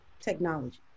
technology